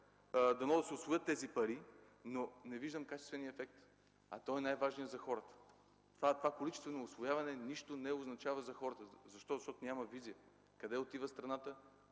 дано да се усвоят тези пари, но не виждам качествения ефект, той е най-важният за хората. Това количествено усвояване нищо не означава за хората. Защо? Защото няма визия къде отива страната,